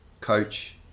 Coach